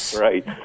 Right